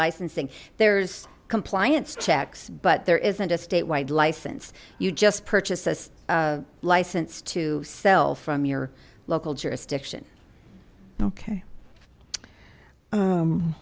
licensing there's compliance checks but there isn't a statewide license you just purchase a license to sell from your local jurisdiction okay